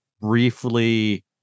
briefly